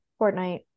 Fortnite